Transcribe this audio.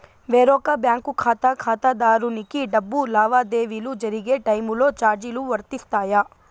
వేరొక బ్యాంకు ఖాతా ఖాతాదారునికి డబ్బు లావాదేవీలు జరిగే టైములో చార్జీలు వర్తిస్తాయా?